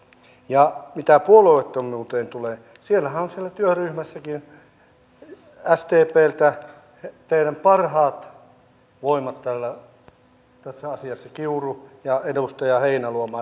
ja mitä puolueettomuuteen tulee siellä työryhmässäkin on sdpltä teidän parhaat voimanne tässä asiassa kiuru ja edustaja heinäluoma